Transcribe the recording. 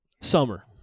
summer